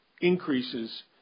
increases